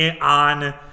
on